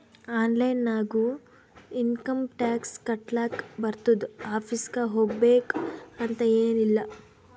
online ನಾಗು income tax ಕಟ್ಲಾಕ್ ಬರ್ತುದ್ ಆಫೀಸ್ಗ ಹೋಗ್ಬೇಕ್ ಅಂತ್ ಎನ್ ಇಲ್ಲ